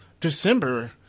December